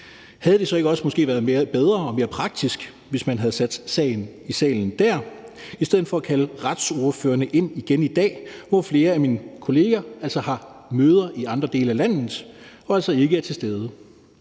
Havde det så måske ikke også været bedre og mere praktisk, hvis man havde sat sagen i salen der i stedet for at kalde retsordførerne ind igen i dag, hvor flere af mine kolleger har møder i andre dele af landet og altså ikke er til stede?